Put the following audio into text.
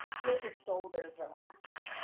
feel your shoulders relax.